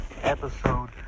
episode